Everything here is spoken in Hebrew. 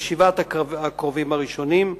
שבעת הקרובים הראשונים.